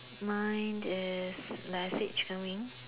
mine is like I said chicken wing